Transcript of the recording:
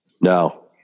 No